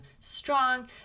strong